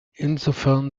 insofern